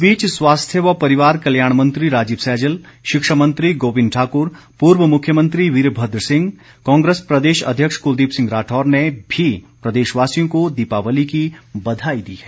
इस बीच स्वास्थ्य व परिवार कल्याण मंत्री राजीव सैजल शिक्षा मंत्री गोविंद ठाक्र पूर्व मुख्यमंत्री वीरभद्र सिंह कांग्रेस प्रदेश अध्यक्ष क्लदीप सिंह राठौर ने भी प्रदेशवासियों को दीपावली की बधाई दी है